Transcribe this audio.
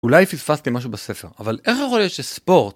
אולי פספסתם משהו בספר, אבל איך יכול להיות שספורט...